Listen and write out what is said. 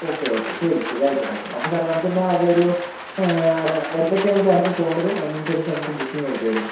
okay okay ശരി ശരി ആയിക്കോട്ടെ ആയിക്കോട്ടെ അപ്പം സാർ നമുക്ക് എന്നാൽ അതൊരു എന്നൊക്കെ ആണ് സാർക്ക് പോവേണ്ടത് അതിന് അനുസരിച്ച് നമുക്ക് ബുക്കിംഗ് എടുക്കാമായിരുന്നു